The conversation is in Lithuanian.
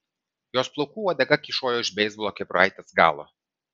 jos plaukų uodega kyšojo iš beisbolo kepuraitės galo